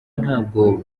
ntabwo